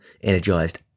energized